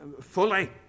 fully